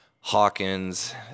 Hawkins